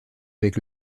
avec